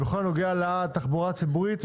בכל הנוגע לתחבורה הציבורית,